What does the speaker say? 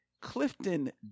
Clifton